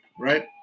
right